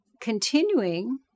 continuing